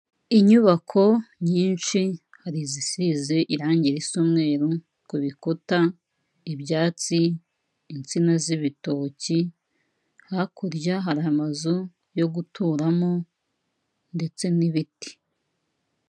Inyubako nyinshi, hari izisize irangi risa umweru ku bikuta, ibyatsi, insina z'ibitoki, hakurya hari amazu yo guturamo ndetse n'ibiti.